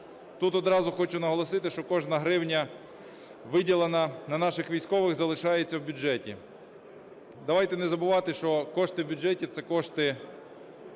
Тут одразу хочу наголосити, що кожна гривня, виділена на наших військових, залишається в бюджеті. Давайте не забувати, що кошти в бюджеті – це кошти